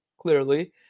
clearly